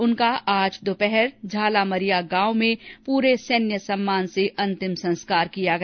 उनका आज दोपहर झालामरिया गांव में पूरे सैनिक सम्मान से अंतिम संस्कार किया गया